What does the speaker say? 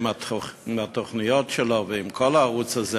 עם התוכניות שלו ועם כל הערוץ הזה,